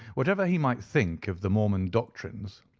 whatever he might think of the mormon doctrines,